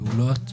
פעולות,